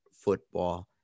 football